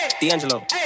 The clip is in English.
D'Angelo